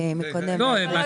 חבר